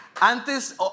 Antes